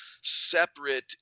separate